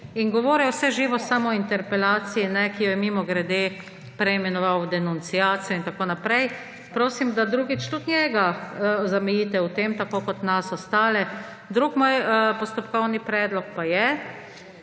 in govoril le vse živo, samo o interpelaciji ne, ki jo je – mimogrede – preimenoval denunciacijo in tako naprej. Prosim, da drugič tudi njega zamejite v tem, tako kot nas ostale. Moj drugi postopkovni predlog pa je,